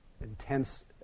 intense